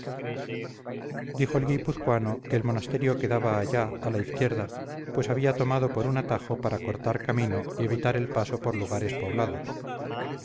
dijo el guipuzcoano que el monasterio quedaba allá a la izquierda pues había tomado por un atajo para cortar camino y evitar el paso por lugares poblados